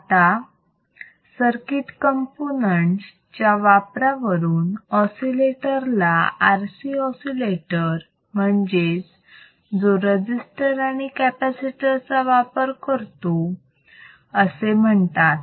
आता circuit components च्या वापरावरून ऑसिलेटर ला RC ऑसिलेटर म्हणजेच जो रजिस्टर आणि कॅपॅसिटर चा वापर करतो असे म्हणतात